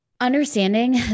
understanding